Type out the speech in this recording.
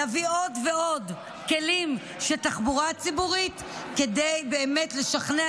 להביא עוד ועוד כלים של תחבורה ציבורית כדי באמת לשכנע